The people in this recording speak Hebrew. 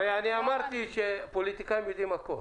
חברים, הרי אמרתי שפוליטיקאים יודעים הכול.